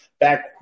back